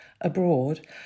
abroad